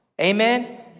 Amen